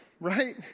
right